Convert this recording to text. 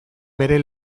bere